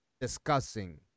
discussing